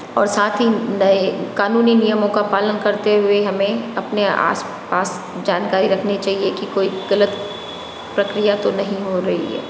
और साथ ही नए कानूनी नियमों का पालन करते हुए हमें अपने आस पास जानकारी रखनी चाहिए कि कोई गलत प्रक्रिया तो नहीं हो रही है